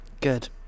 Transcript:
Good